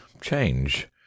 change